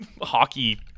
hockey